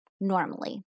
normally